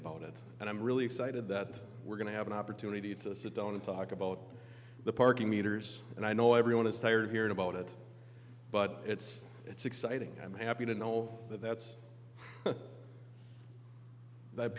about it and i'm really excited that we're going to have an opportunity to sit down and talk about the parking meters and i know everyone is tired of hearing about it but it's it's exciting i'm happy to know that that's that